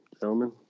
gentlemen